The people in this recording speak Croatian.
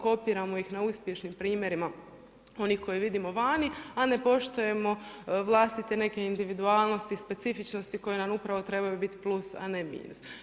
Kopiramo ih na uspješnim primjerima onih koje vidimo vani, a ne poštujemo vlastite neke individualnosti, specifičnosti koje nam upravo trebaju biti plus a ne minus.